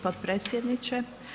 Potpredsjedniče.